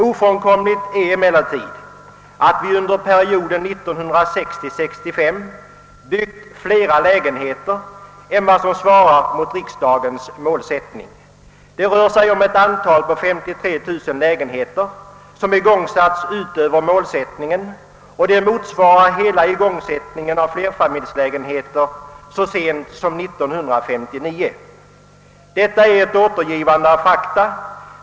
Ofrånkomligt är emellertid att vi under perioden 1960—1965 byggt fler lägenheter än vad som svarar mot riksdagens målsättning. Det rör sig om 53 000 lägenheter som igångsatts utöver målsättningen, och detta motsvarar hela igångsättningen av flerfamiljslägenheter så sent som 1959. Jag har här återgivit fakta.